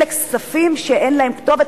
אלה כספים שאין להם כתובת,